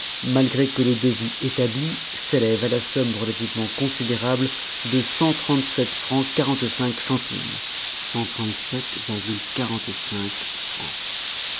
malgré que le devis établi s'élève à la somme relativement considérable de cent trente-sept francs quarante-cinq centimes